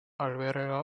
alberga